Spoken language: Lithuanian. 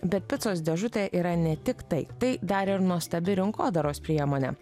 bet picos dėžutė yra ne tik tai tai dar ir nuostabi rinkodaros priemonė